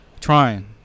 Trying